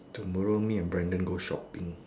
tomorrow me and Brandon go shopping